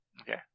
Okay